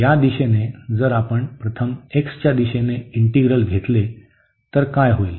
तर या दिशेने जर आपण प्रथम x च्या दिशेने इंटीग्रल घेतले तर काय होईल